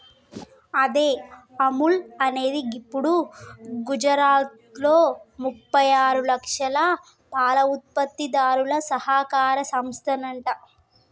అదే అముల్ అనేది గిప్పుడు గుజరాత్లో ముప్పై ఆరు లక్షల పాల ఉత్పత్తిదారుల సహకార సంస్థనంట